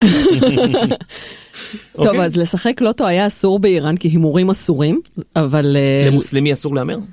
טוב אז לשחק לוטו היה אסור באיראן כי הימורים אסורים אבל - למוסלמי אסור להמר?